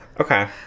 Okay